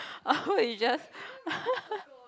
how about we just